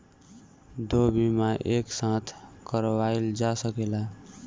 दो बीमा एक साथ करवाईल जा सकेला?